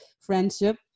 Friendship